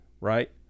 right